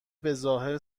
بهظاهر